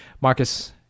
Marcus